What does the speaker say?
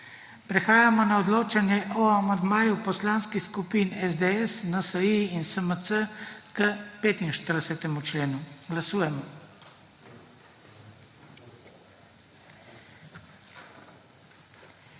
Prehajamo na odločanje o amandmaju poslanskih skupin SDS, NSi in SMC k 45. členu. Glasujemo.